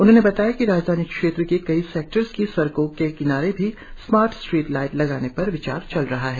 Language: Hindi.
उन्होंने बताया कि राजधानी क्षेत्र के कई सेक्टर्स की सड़कों के किनारे भी स्मार्ट स्ट्रीट लाइट लगाने पर विचार चलर रहा है